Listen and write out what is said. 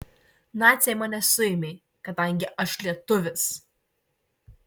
naciai mane suėmė kadangi aš lietuvis